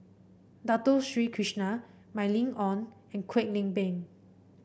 Dato Sri Krishna Mylene Ong and Kwek Leng Beng